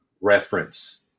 reference